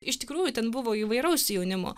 iš tikrųjų ten buvo įvairaus jaunimo